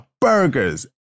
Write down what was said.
burgers